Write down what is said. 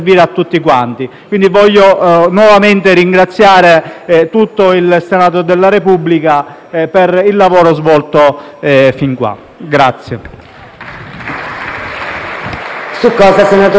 nuovamente ringraziare tutto il Senato della Repubblica per il lavoro svolto fin qui.